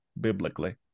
biblically